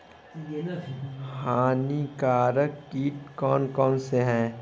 हानिकारक कीट कौन कौन से हैं?